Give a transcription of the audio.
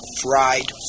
fried